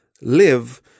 live